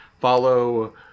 Follow